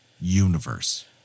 universe